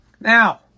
Now